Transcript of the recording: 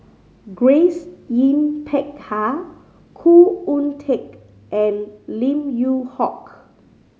Grace Yin Peck Ha Khoo Oon Teik and Lim Yew Hock